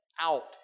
out